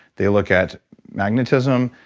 they look at magnetism.